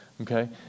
Okay